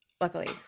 luckily